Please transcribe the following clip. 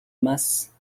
masse